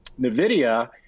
nvidia